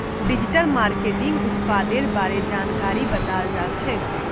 digital मार्केटिंगत उत्पादेर बारे जानकारी बताल जाछेक